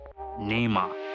Neymar